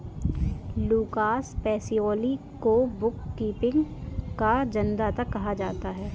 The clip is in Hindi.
लूकास पेसियोली को बुक कीपिंग का जन्मदाता कहा जाता है